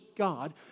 God